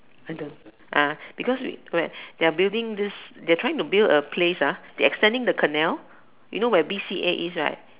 ah because regret they are this they are trying a place ah they extending the canal you know where B_C_A is right